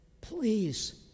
please